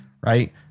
right